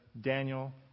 Daniel